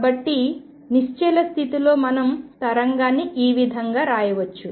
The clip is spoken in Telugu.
కాబట్టి నిశ్చల స్థితిలో మనం తరంగాన్ని ఈ విధంగా రాయవచ్చు